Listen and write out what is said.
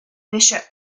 bishop